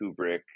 Kubrick